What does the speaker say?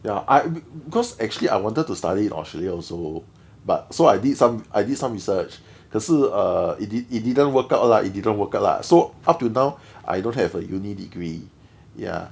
ya I bec~ because actually I wanted to study in australia also but so I did some I did some research 可是 err it did it didn't work out lah it didn't work out lah so up till now I don't have a uni degree ya